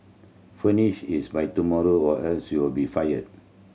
finish this by tomorrow or else you'll be fired